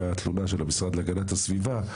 הייתה תלונה של המשרד להגנת הסביבה.